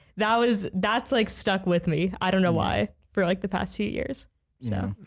that was that's like stuck with me i don't know why for like the past two years yeah